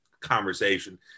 conversation